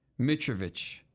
Mitrovic